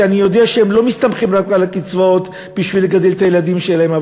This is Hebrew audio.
שאני יודע שהם לא מסתמכים רק על הקצבאות בשביל לגדל את הילדים שלהם,